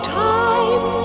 time